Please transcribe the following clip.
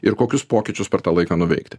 ir kokius pokyčius per tą laiką nuveikti